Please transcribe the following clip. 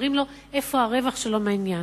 כשמראים לו איפה הרווח שלו מהעניין.